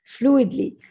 fluidly